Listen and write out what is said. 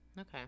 Okay